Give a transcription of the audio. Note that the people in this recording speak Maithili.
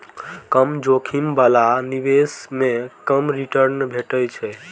कम जोखिम बला निवेश मे कम रिटर्न भेटै छै